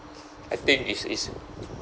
I think is is